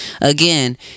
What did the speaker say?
again